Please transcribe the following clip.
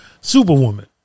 Superwoman